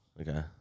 Okay